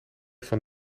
van